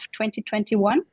2021